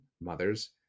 mothers